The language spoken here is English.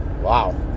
wow